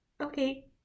Okay